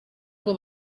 ngo